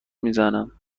میزنم